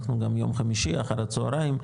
אנחנו גם יום חמישי אחר הצוהריים,